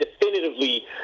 definitively